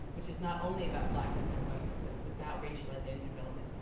which is not only about blackness and whiteness but it's about racial identity development.